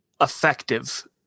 effective